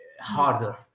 harder